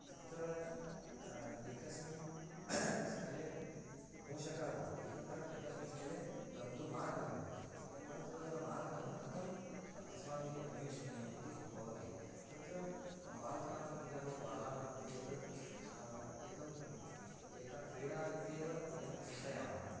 तत्र एकस्मिन् स्थले मूषकः भवति अनन्तरम् एकस्मिन् स्थले गन्तुं मार्गः भवति परन्तु तत्र मार्गः कथम् अ अस्माभिः अन्वेषणीयम् इति भवति तत्र बालकानां कृते अथवा बालानां कृते एतद् एका एका क्रीडा इत्येव वयं चिन्तयामः